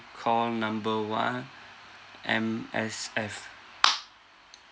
call number one M_S_F